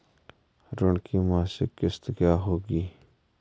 ऋण की मासिक किश्त क्या होगी?